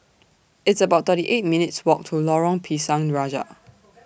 It's about thirty eight minutes' Walk to Lorong Pisang Raja